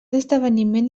esdeveniment